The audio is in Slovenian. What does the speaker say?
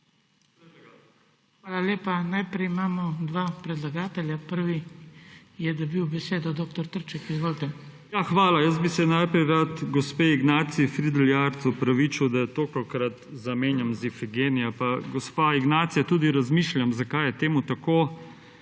Hvala lepa. Najprej imamo dva predlagatelja. Prvi je dobil besedo dr. Trček. Izvolite. **DR. FRANC TRČEK (PS SD):** Ja, hvala. Jaz bi se najprej rad gospe Ignaciji Fridl Jarc opravičil, da jo tolikokrat zamenjam z Ifigenijo, pa gospa Ignacija tudi razmišljam zakaj je temu tako.